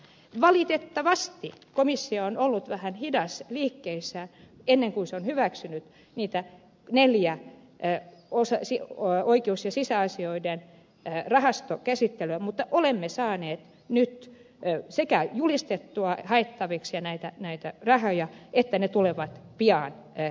valitettavasti komissio on ollut vähän hidas liikkeissään ennen kuin se on hyväksynyt niitä neljää oikeus ja sisäasioiden rahastokäsittelyä mutta olemme saaneet nyt julistettua haettaviksi näitä rahoja ja ne tulevat pian käyttöön